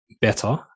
better